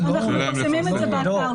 אנחנו מפרסמים את זה באתר.